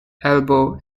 elbow